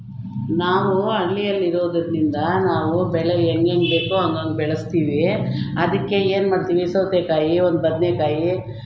ನಾವು ಹಳ್ಳಿಯಲ್ಲಿ ಇರೋದರಿಂದ ನಾವು ಬೆಳೆ ಹೆಂಗೆಂಗೆ ಬೇಕೋ ಹಂಗಂಗೆ ಬೆಳೆಸ್ತೀವಿ ಅದಕ್ಕೆ ಏನ್ಮಾಡ್ತೀವಿ ಸೌತೆಕಾಯಿ ಒಂದು ಬದನೇಕಾಯಿ